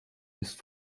ist